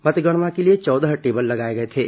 मतगणना के लिए चौदह टेबल लगाए गए थे